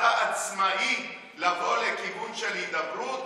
אתה עצמאי לבוא לכיוון של הידברות?